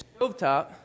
stovetop